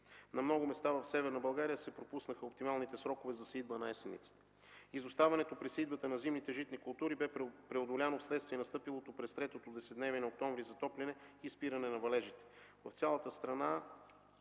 На много места в Северна България се пропуснаха оптималните срокове за сеитба на есенниците. Изоставането при сеитбата на зимните житни култури бе преодоляно вследствие настъпилото през третото десетдневие на октомври затопляне и спиране на валежите. В цялата страна